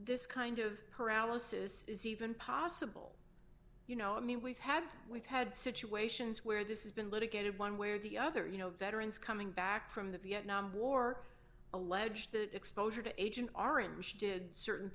this kind of paralysis is even possible you know i mean we've had we've had situations where this is been litigated one way or the other you know veterans coming back from the vietnam war allege that exposure to agent orange did certain